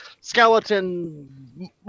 skeleton